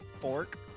fork